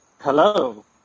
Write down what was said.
Hello